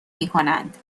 میکنند